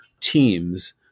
teams